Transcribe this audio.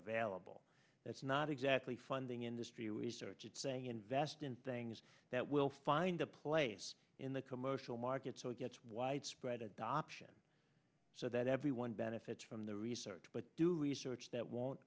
available that's not exactly funding industry which search it saying invest in things that will find a place in the commercial market so it gets widespread adoption so that everyone benefits from the research but do research that won't